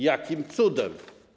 Jakim cudem?